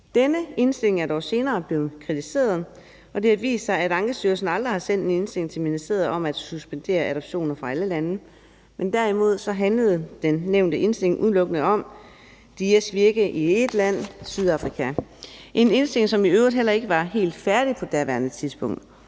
Denne indstilling er dog senere blevet kritiseret, og det har vist sig, at Ankestyrelsen aldrig har sendt en indstilling til ministeriet om at suspendere adoptioner fra alle lande. Derimod handlede den nævnte indstilling udelukkende om DIA's virke i ét land, Sydafrika. Det var en indstilling, som i øvrigt heller ikke var helt færdig på daværende tidspunkt.